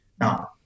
Now